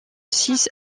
six